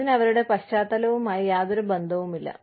അതിന് അവരുടെ പശ്ചാത്തലവുമായി യാതൊരു ബന്ധവുമില്ല